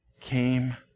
came